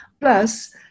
Plus